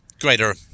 greater